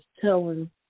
telling